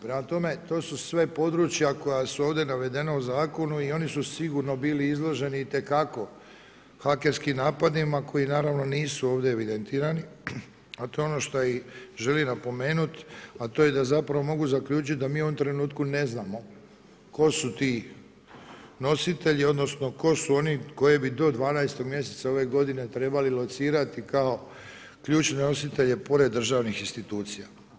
Prema tome, to su sve područja koja su ovdje navedena u zakonu i oni su sigurno bili izloženi itekako hakerskim napadima koji naravno nisu ovdje evidentirani a to je ono što i želi napomenuti a to je da zapravo mogu zaključiti da mi u ovom trenutku ne znamo tko su ti nositelji, odnosno tko su oni koje bi do 12. mjeseca ove godine trebali locirati kao ključne nositelje pored državnih institucija.